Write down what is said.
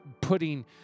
putting